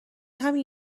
همین